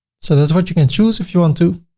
so that's what you can choose if you want to